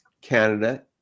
Canada